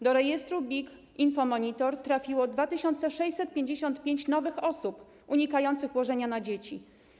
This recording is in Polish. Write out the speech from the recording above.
Do rejestru BIG InfoMonitor trafiło 2655 nowych osób unikających łożenia na dzieci.